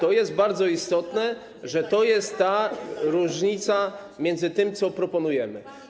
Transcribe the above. To jest bardzo istotne, to jest różnica między tym, co proponujemy.